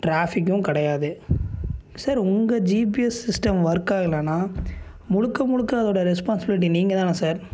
ட்ராஃபிக்கும் கிடையாது சார் உங்கள் GPS system work ஆகலைனா முழுக்க முழுக்க அதோடய ரெஸ்பான்சிபிலிட்டி நீங்கள் தானே சார்